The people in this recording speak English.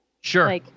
Sure